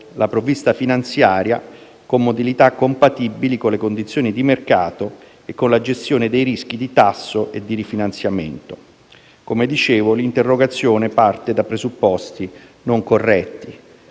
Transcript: la provvista finanziaria con modalità compatibili con le condizioni di mercato e con la gestione dei rischi di tasso e di rifinanziamento. Come dicevo, l'interrogazione parte da presupposti non corretti.